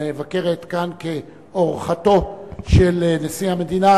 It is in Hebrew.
המבקרת כאן כאורחתו של נשיא המדינה,